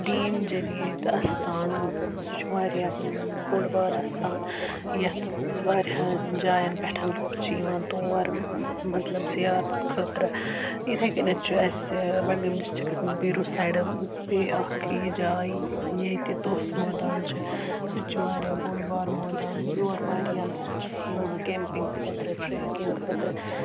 قدیٖم جٔدیٖد اَستان سُہ چھُ واریاہ بوٚڑ بارٕ اَستان یَتھ واریاہَن جایَن پؠٹھ لُکھ چھِ یِوان تور مطلب زِیارت خٲطرٕ یِتھَے کٔنؠتھ چھُ اَسہِ بَڈگٲمۍ ڈِسٹرکَس منٛز بیٖرو سایڈٕ بیٚیہِ اَکھ یہِ جاے ییٚتہِ توسہٕ مٲدان چھُ سُہ تہِ چھُ واریاہ بوٚڑ بارٕ مٲدان یور واریاہ لُکھ چھِ یِوان کیمپِنٛگ خٲطرٕ ٹرٛیکِنٛگ خٲطرٕ